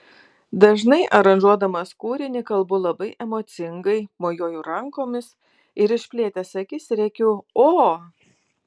dažnai aranžuodamas kūrinį kalbu labai emocingai mojuoju rankomis ir išplėtęs akis rėkiu o